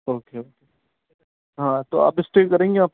okay okay ہاں تو آپ اسٹے کریں گی آپ